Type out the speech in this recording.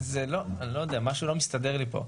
אני לא יודע, משהו לא מסתדר לי פה,